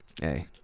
Hey